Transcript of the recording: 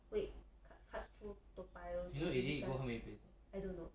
wait cut cuts through toa payoh and bishan I don't know